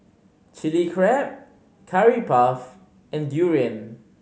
Chilli Crab Curry Puff and durian